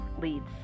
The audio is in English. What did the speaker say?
leads